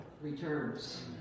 returns